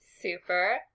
Super